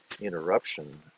interruption